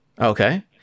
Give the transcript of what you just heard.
Okay